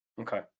okay